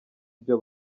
ryo